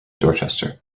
dorchester